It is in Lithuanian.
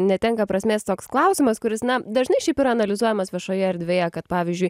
netenka prasmės toks klausimas kuris na dažnai šiaip yra analizuojamas viešoje erdvėje kad pavyzdžiui